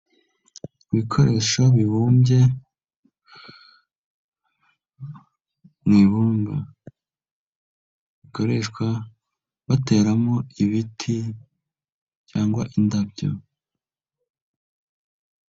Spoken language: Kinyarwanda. Ibikoresho bibumbye mu ibumba, bikoreshwa bateramo ibiti cyangwa indabyo.